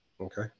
Okay